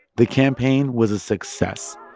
the campaign was a success.